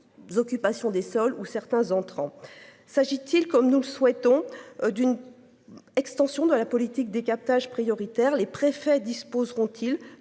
D'occupation des sols ou certains entrant. S'agit-t-il comme nous le souhaitons d'une. Extension de la politique des captages prioritaires les préfets disposeront-t-il